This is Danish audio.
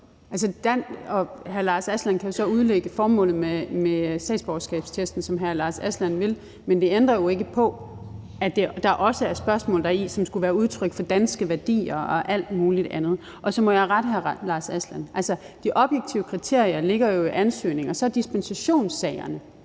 også. Hr. Lars Aslan Rasmussen kan jo så udlægge formålet med statsborgerskabstesten, som hr. Lars Aslan Rasmussen vil, men det ændrer jo ikke på, at der også er spørgsmål i testen, som skulle være udtryk for danske værdier og alt muligt andet. Og så må jeg rette hr. Lars Aslan Rasmussen. Altså, de objektive kriterier ligger jo i ansøgninger. I forhold til dispensationssagerne